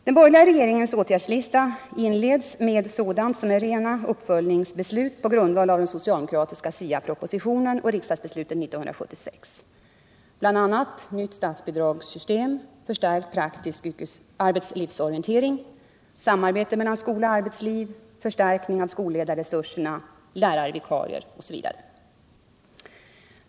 Den borgerliga regeringens åtgärdslista inleds med sådant som är rena uppföljningsbeslut på grundval av den socialdemokratiska SIA-propositionen och riksdagsbeslutet 1976, bl.a. nytt statsbidragssystem, förstärkt praktisk arbetslivsorientering, samarbete mellan skola och arbetsliv, förstärkning av skolledarresurserna, lärarvikarier osv.